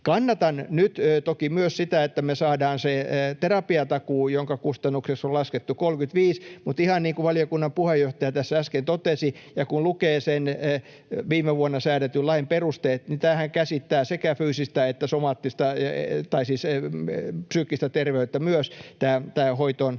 Kannatan nyt toki myös sitä, että me saamme sen terapiatakuun, jonka kustannukseksi on laskettu 35, mutta ihan niin kuin valiokunnan puheenjohtaja tässä äsken totesi ja kun lukee sen viime vuonna säädetyn lain perusteet, niin tämähän käsittää sekä fyysistä että psyykkistä terveyttä myös, tämä hoitoonpääsy.